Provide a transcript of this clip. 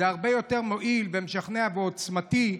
זה הרבה יותר מועיל, משכנע ועוצמתי.